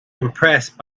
impressed